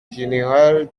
général